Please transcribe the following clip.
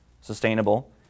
sustainable